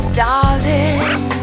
darling